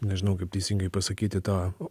nežinau kaip teisingai pasakyti tą